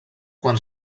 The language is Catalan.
quan